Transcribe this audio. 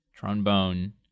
trombone